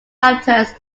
raptors